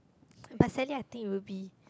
but sadly I think it would be